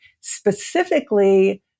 specifically